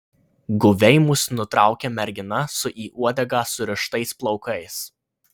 guviai mus nutraukia mergina su į uodegą surištais plaukais